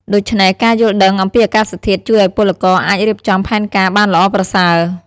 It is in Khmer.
ដូច្នេះ ការយល់ដឹងអំពីអាកាសធាតុជួយឱ្យពលករអាចរៀបចំផែនការបានល្អប្រសើរ។